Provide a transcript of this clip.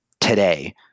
today